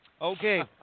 Okay